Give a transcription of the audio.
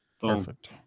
Perfect